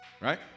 Right